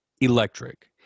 electric